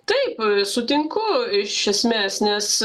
taip sutinku iš esmės nes